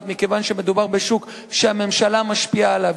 מכיוון שמדובר בשוק שהממשלה משפיעה עליו,